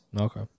Okay